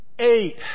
eight